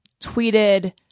tweeted